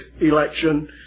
election